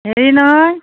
হেৰি নহয়